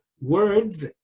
words